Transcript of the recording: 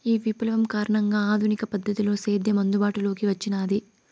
ఈ విప్లవం కారణంగా ఆధునిక పద్ధతిలో సేద్యం అందుబాటులోకి వచ్చినాది